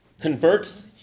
converts